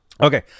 Okay